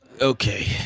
Okay